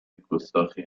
گستاخی